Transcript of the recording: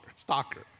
stalker